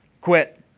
Quit